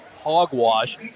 hogwash